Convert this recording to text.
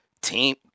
team